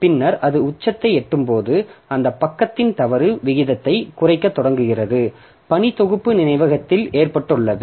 பின்னர் அது உச்சத்தை எட்டும் போது அது பக்கத்தின் தவறு வீதத்தைக் குறைக்கத் தொடங்குகிறது பணி தொகுப்பு நினைவகத்தில் ஏற்றப்பட்டுள்ளது